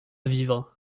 vivre